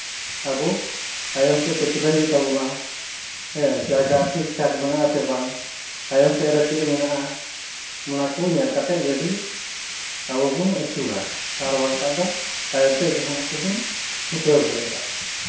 ᱟᱵᱚ ᱛᱟᱭᱚᱢ ᱥᱮᱫ ᱯᱟᱹᱪᱷᱞᱟᱹ ᱦᱩᱭᱩᱜ ᱛᱟᱵᱚᱱᱟ ᱦᱮᱸ ᱡᱟᱭᱜᱟ ᱴᱷᱤᱠ ᱴᱷᱟᱠ ᱢᱮᱱᱟᱜ ᱟᱥᱮ ᱵᱟᱝ ᱛᱟᱭᱚᱢ ᱥᱮᱫ ᱨᱮ ᱪᱮᱫ ᱢᱮᱱᱟᱜᱼᱟ ᱱᱚᱣᱟᱠᱚ ᱧᱮᱞ ᱠᱟᱛᱮᱫ ᱜᱟᱹᱰᱤ ᱟᱵᱚ ᱵᱚᱱ ᱟᱹᱪᱩᱨᱟ ᱟᱨ ᱵᱟᱝᱠᱷᱟᱱ ᱫᱚ ᱛᱟᱭᱚᱢ ᱥᱮᱫ ᱡᱟᱦᱟᱱᱟᱜ ᱠᱚᱵᱚᱱ ᱴᱷᱩᱠᱟᱹᱣ ᱫᱟᱲᱮᱭᱟᱜᱼᱟ